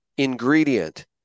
ingredient